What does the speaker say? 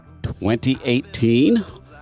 2018